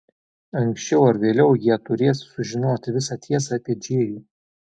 anksčiau ar vėliau jie turės sužinoti visą tiesą apie džėjų